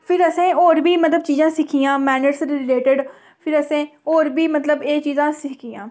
फिर असें होर बी मतलब चीजां सिक्खियां मैनर्स दे रिलेटेड फिर असें होर बी मतलब एह् चीजां सिक्खियां